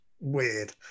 Weird